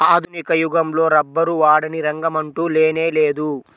ఆధునిక యుగంలో రబ్బరు వాడని రంగమంటూ లేనేలేదు